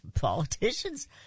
politicians